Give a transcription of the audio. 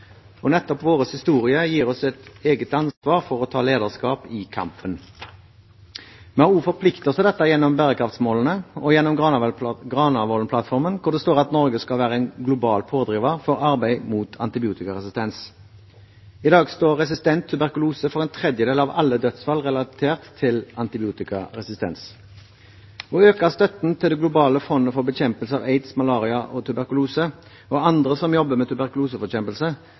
og nettopp vår historie gir oss et eget ansvar for å ta lederskap i kampen. Vi har også forpliktet oss til dette gjennom bærekraftsmålene og gjennom Granavolden-plattformen, hvor det står at Norge skal være en global pådriver for arbeid mot antibiotikaresistens. I dag står resistent tuberkulose for en tredjedel av alle dødsfall relatert til antibiotikaresistens. Å øke støtten til Det globale fondet for bekjempelse av aids, tuberkulose og malaria og til andre som jobber med